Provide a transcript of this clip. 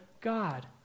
God